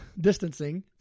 distancing